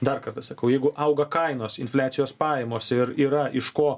dar kartą sakau jeigu auga kainos infliacijos pajamos ir yra iš ko